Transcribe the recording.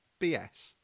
bs